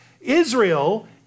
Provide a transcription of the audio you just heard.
Israel